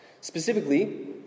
Specifically